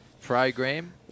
program